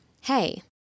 hey